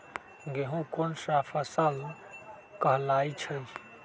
गेहूँ कोन सा फसल कहलाई छई?